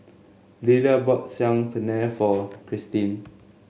Lilla bought Saag Paneer for Cristin